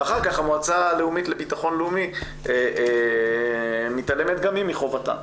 ואחר כך המועצה הלאומית לביטחון לאומי מתעלמת גם היא מחובתה,